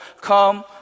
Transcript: come